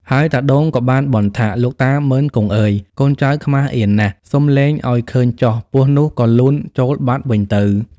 ហើយតាដូងក៏បានបន់ថា លោកតា មុឺន-គង់ អើយ កូនចៅខ្មាសអៀនណាស់ សុំលែងឲ្យឃើញចុះ ពស់នោះក៏លូនចូលបាត់វិញទៅ។